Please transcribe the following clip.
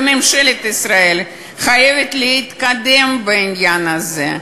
וממשלת ישראל חייבת להתקדם בעניין הזה,